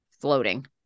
floating